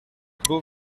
beau